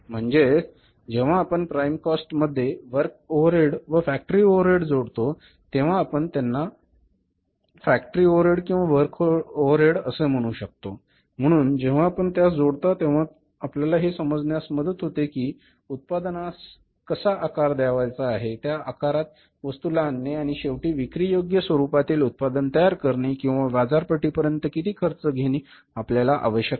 म्हणजे जेव्हा आपण प्राइम कॉस्ट मध्ये वर्क ओव्हरहेड व फॅक्टरी ओव्हरहेड जोडतो तेव्हा आपण त्यांना फॅक्टरी ओव्हरहेड किंवा वर्क ओव्हरहेड असे म्हणू शकतो म्हणून जेव्हा आपण त्यास जोडता तेव्हा आपल्याला हे समजण्यात मदत होते की उत्पादनास कसा आकार द्यावयाचा आहे त्या आकारात वस्तूला आणणे आणि शेवटी विक्रीयोग्य स्वरूपातील उत्पादन तयार करणे किंवा बाजारपेठेपर्यंत किती खर्च घेणे आपल्याला आवश्यक आहे